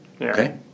okay